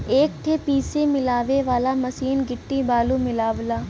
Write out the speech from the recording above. एक ठे पीसे मिलावे वाला मसीन गिट्टी बालू मिलावला